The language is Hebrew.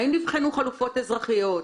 האם נבחנו חלופות אזרחיות?